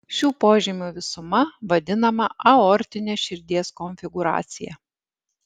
šių požymių visuma vadinama aortine širdies konfigūracija